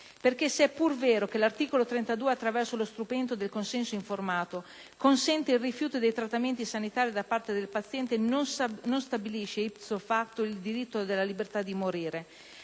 Perché se è pur vero che l'articolo 32, attraverso lo strumento del consenso informato, consente il rifiuto dei trattamenti sanitari da parte del paziente, non stabilisce *ipso facto* il diritto alla libertà di morire,